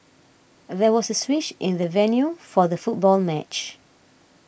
there was a switch in the venue for the football match